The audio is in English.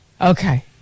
Okay